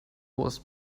was